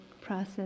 process